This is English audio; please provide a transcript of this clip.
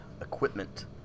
equipment